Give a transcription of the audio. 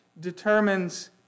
determines